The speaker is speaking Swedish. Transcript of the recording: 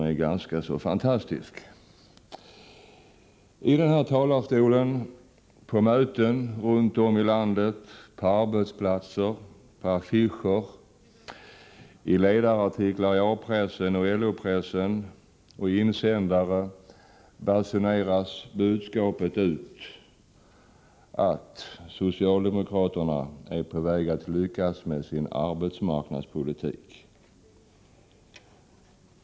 I denna talarstol, liksom på möten runt om i landet, på arbetsplatser, på affischer, i ledarartiklar i A-pressen och LO-pressen och i insändare basuneras budska pet ut att socialdemokraterna är på väg att lyckas med sin arbetsmarknadspolitik.